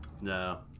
No